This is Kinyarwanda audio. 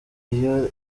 iyo